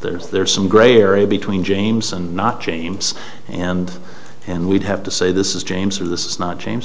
there's some gray area between james and not james and and we'd have to say this is james or this is not james